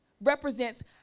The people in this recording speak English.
represents